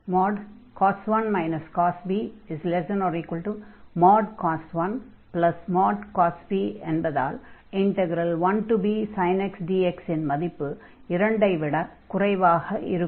cos 1 cos b cos 1 cos b என்பதால் 1bsin x dx இன் மதிப்பும் 2 ஐ விடக் குறைவாக இருக்கும்